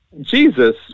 Jesus